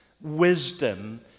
wisdom